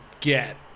get